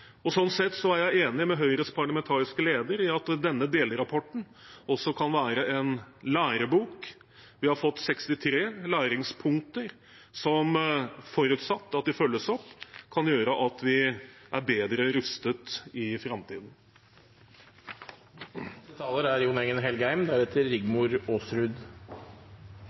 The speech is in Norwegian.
og sånn sett er jeg enig med Høyres parlamentariske leder i at denne delrapporten også kan være en lærebok. Vi har fått 63 læringspunkter som, forutsatt at de følges opp, kan gjøre at vi er bedre rustet i framtiden.